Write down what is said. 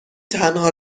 تنها